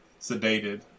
Sedated